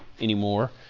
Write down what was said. anymore